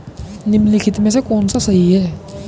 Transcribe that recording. निम्नलिखित में से कौन सा सही है?